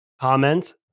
comment